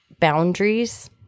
boundaries